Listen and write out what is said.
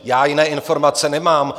Já jiné informace nemám.